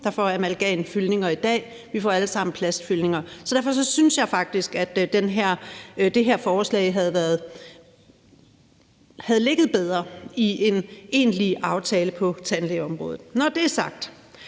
der får amalgamfyldninger i dag; vi får alle sammen plastfyldninger. Så derfor synes jeg faktisk, at det her forslag havde ligget bedre i en egentlig aftale på tandlægeområdet. Når det er sagt,